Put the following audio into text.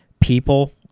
people